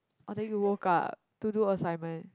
oh then you woke up to do assignment